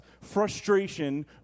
frustration